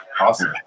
Awesome